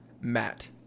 Matt